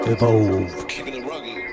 Evolve